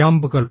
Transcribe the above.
ക്യാമ്പുകൾ